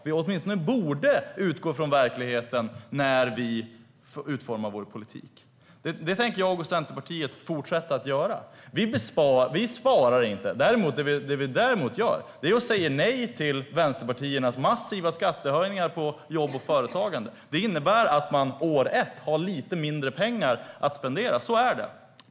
Vi borde åtminstone utgå från verkligheten när vi utformar vår politik, och det tänker jag och Centerpartiet fortsätta att göra. Vi sparar inte. Det vi däremot gör är att säga nej till vänsterpartiernas massiva skattehöjningar på jobb och företagande. Det innebär att man år ett har lite mindre pengar att spendera. Så är det.